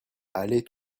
allez